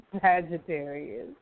Sagittarius